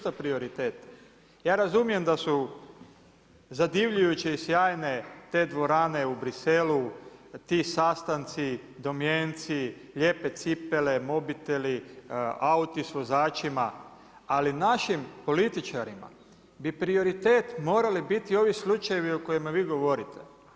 Ja razumijem da su zadivljujuće i sjajne te dvorane u Bruxellesu, ti sastanci, domjenci, lijepe cipele, mobiteli, auti s vozačima, ali našim političarima bi prioritet morali biti ovi slučajevi o kojima vi govorite.